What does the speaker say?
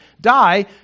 die